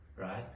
right